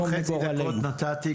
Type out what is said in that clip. הדברים שלך